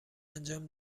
انجام